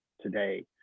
today